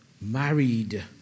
married